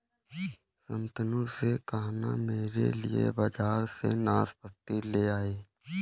शांतनु से कहना मेरे लिए बाजार से नाशपाती ले आए